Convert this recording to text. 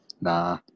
nah